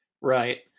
Right